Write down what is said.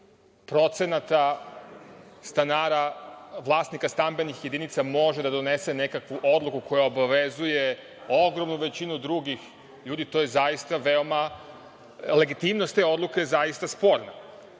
kada 17% stanara, vlasnika stambenih jedinica može da donese nekakvu odluku koja obavezuje ogromnu većinu drugih ljudi, legitimnost te odluke je zaista